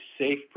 safe